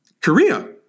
Korea